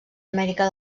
amèrica